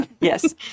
Yes